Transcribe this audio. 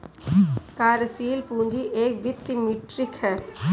कार्यशील पूंजी एक वित्तीय मीट्रिक है